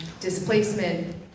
displacement